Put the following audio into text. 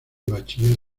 bachiller